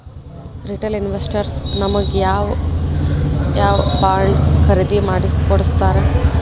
Retail investors ನಮಗ್ ಯಾವ್ ಯಾವಬಾಂಡ್ ಖರೇದಿ ಮಾಡ್ಸಿಕೊಡ್ತಾರ?